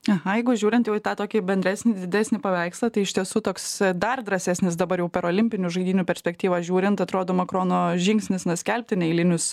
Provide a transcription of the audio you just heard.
aha jeigu žiūrint jau į tą tokį bendresnį didesnį paveikslą tai iš tiesų toks dar drąsesnis dabar jau parolimpinių žaidynių perspektyvą žiūrint atrodo makrono žingsnis skelbti neeilinius